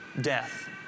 death